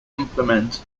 implement